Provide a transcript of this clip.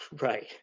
Right